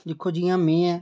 दिक्खो जि'यां में आं